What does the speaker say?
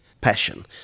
passion